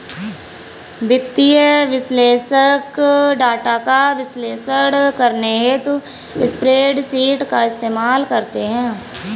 वित्तीय विश्लेषक डाटा का विश्लेषण करने हेतु स्प्रेडशीट का इस्तेमाल करते हैं